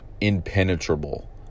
impenetrable